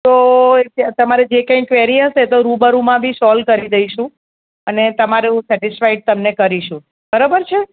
તો અત્યા તમારે જે કંઈ ક્વેરી હશે તો રૂબરૂમાં બી સોલ્વ કરી દઇશું અને તમારું સેટિસ્ફાઇડ તમને કરીશું બરાબર છે